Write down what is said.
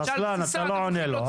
רוסלאן, אתה לא עונה לו.